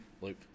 Loop